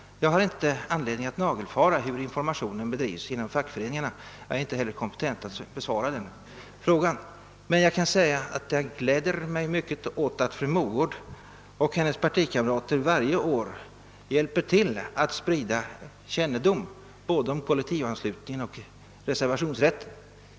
Jag har inte anledning att nagelfara hur informationen bedrivs inom fackföreningarna, och jag är heller inte kompetent att besvara den frågan. Men jag gläder mig åt att fru Mogård och hennes partikamrater varje år hjälper till att sprida kännedom om både kollektivanslutningen och reservationsrätten.